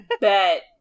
Bet